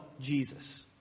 Jesus